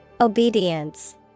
Obedience